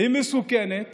היא מסוכנת